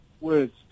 words